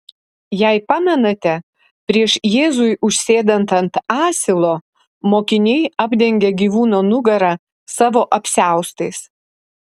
jei pamenate prieš jėzui užsėdant ant asilo mokiniai apdengia gyvūno nugarą savo apsiaustais